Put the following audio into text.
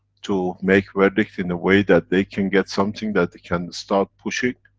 to make verdict in a way, that they can get something, that they can start pushing.